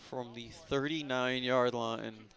from the thirty nine yard line